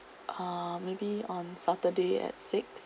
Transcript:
uh maybe on saturday at six